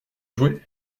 jouer